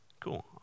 Cool